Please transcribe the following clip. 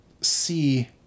see